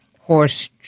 horse